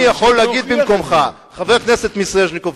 אני יכול להגיד במקומך: חבר הכנסת מיסז'ניקוב,